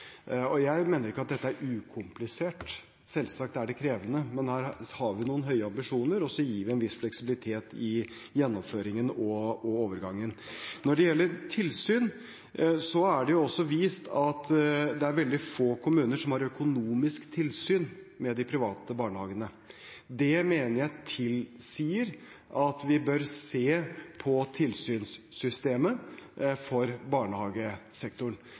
mener ikke at dette er ukomplisert – selvsagt er det krevende – men her har vi noen høye ambisjoner, og så gir vi en viss fleksibilitet i gjennomføringen og overgangen. Når det gjelder tilsyn, er det vist at det er veldig få kommuner som har økonomisk tilsyn med de private barnehagene. Det mener jeg tilsier at vi bør se på tilsynssystemet for barnehagesektoren.